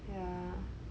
mm